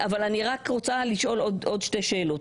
אני רוצה לשאול עוד שתי שאלות.